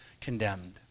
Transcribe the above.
condemned